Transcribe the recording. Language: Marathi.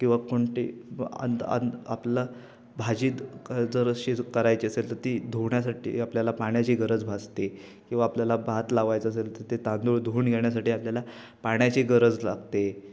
किंवा कोणते अन अन आपलं भाजी जर शीज करायची असेल तर ती धुण्यासाठी आपल्याला पाण्याची गरज भासते किंवा आपल्याला भात लावायचं असेल तर ते तांदूळ धुवून घेण्यासाठी आपल्याला पाण्याची गरज लागते